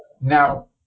now